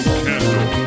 candle